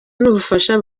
n’ubufasha